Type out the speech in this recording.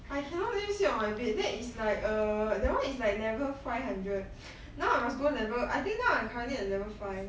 I cannot let you sit on my bed that is like err that [one] is like level five hundred now I must go level I think now I'm currently a level five